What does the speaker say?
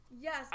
Yes